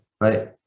right